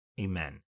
Amen